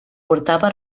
portava